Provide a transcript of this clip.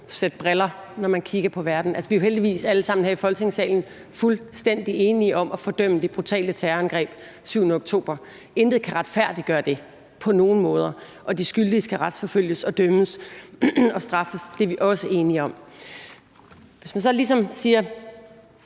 sæt briller, når man kigger på verden. Vi er jo heldigvis alle sammen her i Folketingssalen fuldstændig enige om at fordømme det brutale terrorangreb den 7. oktober. Intet kan retfærdiggøre det på nogen måde, og de skyldige skal retsforfølges og dømmes og straffes. Det er vi også enige om. Hvis man så ligesom siger,